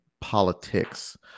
politics